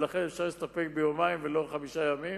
ולכן אפשר להסתפק ביומיים ולא צריך חמישה ימים.